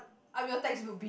I'm your textbook b~